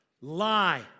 lie